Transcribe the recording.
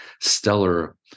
stellar